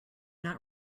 not